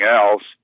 else